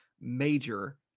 major